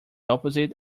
opposite